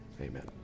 Amen